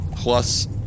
Plus